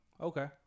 Okay